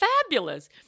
fabulous